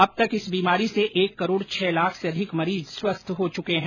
अब तक इस बीमारी से एक करोड़ छह लाख से अधिक मरीज स्वस्थ हो चुके हैं